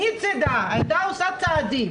מצידה הייתה עושה צעדים